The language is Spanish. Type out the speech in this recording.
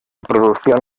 producción